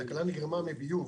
התקלה נגרמה מביוב,